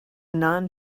non